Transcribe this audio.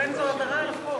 לכן זו עבירה על החוק.